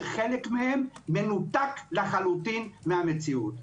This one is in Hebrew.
שחלק מהם מנותק לחלוטין מהמציאות.